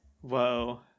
Whoa